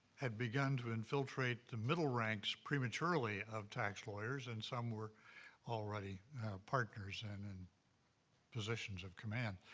had begun to infiltrate the middle ranks prematurely of tax lawyers and some were already partners and in positions of command,